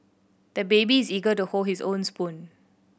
the baby is eager to hold his own spoon